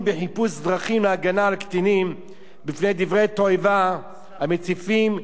בפני דברי התועבה המציפים את אמצעי התקשורת והאינטרנט.